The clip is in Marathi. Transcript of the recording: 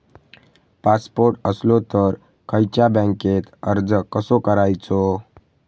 पासपोर्ट असलो तर खयच्या बँकेत अर्ज कसो करायचो?